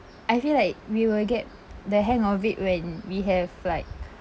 I feel like we will get the hang of it when we have like